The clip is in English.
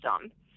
system